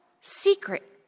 secret